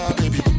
baby